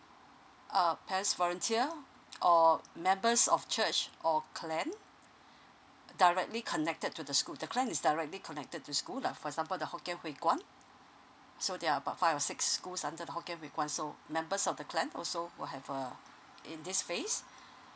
uh parents volunteer or members of church or clan directly connected to the school the clan is directly connected to school lah for example the hokkien hui guan so they are about five or six schools under the hokkien hui guan so members of the clan also will have uh in this phase